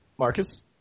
Marcus